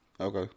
Okay